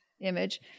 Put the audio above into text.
image